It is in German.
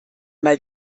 mal